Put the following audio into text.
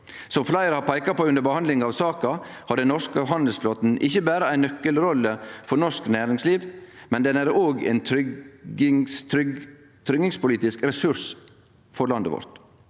Som fleire har peika på under behandlinga av saka, har den norske handelsflåten ikkje berre ei nøkkelrolle for norsk næringsliv, den er òg ein tryggingspolitisk ressurs for landet vårt.